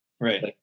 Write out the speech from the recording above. right